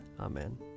Amen